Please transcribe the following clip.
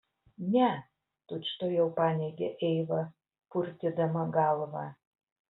ne tučtuojau paneigė eiva purtydama galvą